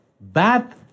bad